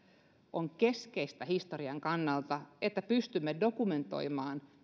on keskeistä historian kannalta että pystymme dokumentoimaan